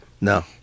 No